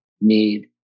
need